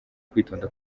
kwitonda